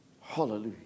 Hallelujah